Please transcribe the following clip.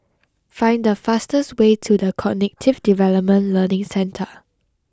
find the fastest way to the Cognitive Development Learning Centre